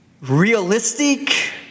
realistic